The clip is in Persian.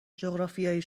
جغرافیای